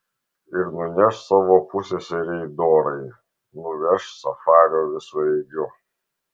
ir nuneš savo pusseserei dorai nuveš safario visureigiu